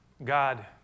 God